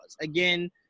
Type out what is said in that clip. again